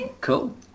Cool